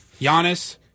Giannis